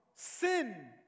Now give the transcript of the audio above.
Sin